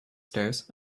stairs